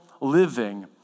living